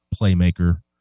playmaker